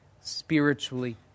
spiritually